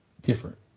different